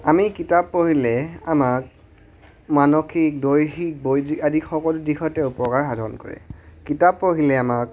আমি কিতাপ পঢ়িলে আমাক মানসিক দৈহিক আদি সকলো দিশতে উপকাৰ সাধন কৰে কিতাপ পঢ়িলে আমাক